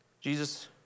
Jesus